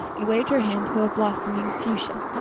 and waved her hand to a blossoming fuchsia.